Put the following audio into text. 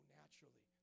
naturally